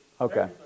Okay